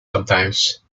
sometimes